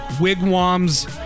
Wigwam's